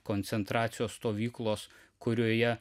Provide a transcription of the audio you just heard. koncentracijos stovyklos kurioje